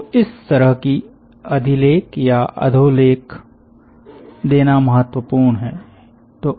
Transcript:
तो इस तरह की अधिलेख या अधोलेख देना महत्वपूर्ण है